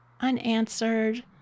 unanswered